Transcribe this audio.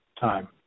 time